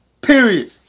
Period